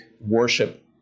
worship